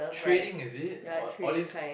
trading is it or all this